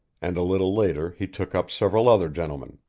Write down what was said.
and a little later he took up several other gentlemen.